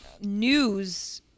news